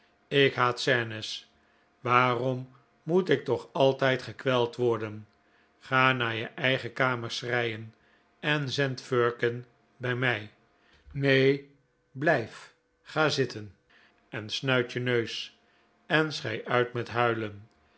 ik haat scenes waarom moet ik toch altijd gekweld worden ga naar je eigen kamer schreien en zend firkin bij mij nee blijf ga zitten en snuit je neus en schei uit met huilen